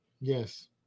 Yes